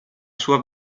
sua